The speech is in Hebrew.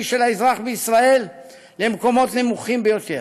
של האזרח בישראל למקומות נמוכים ביותר.